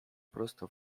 prosto